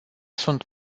sunt